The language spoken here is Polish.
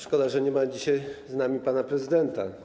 Szkoda, że nie ma dzisiaj z nami pana prezydenta.